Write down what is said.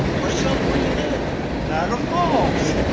marcel, where do you live? niagara falls.